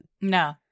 No